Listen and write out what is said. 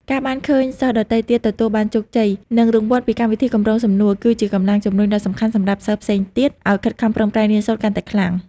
ការបានឃើញសិស្សដទៃទៀតទទួលបានជោគជ័យ និងរង្វាន់ពីកម្មវិធីកម្រងសំណួរ គឺជាកម្លាំងជំរុញដ៏សំខាន់សម្រាប់សិស្សផ្សេងទៀតឲ្យខិតខំប្រឹងប្រែងរៀនសូត្រកាន់តែខ្លាំង។